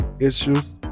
issues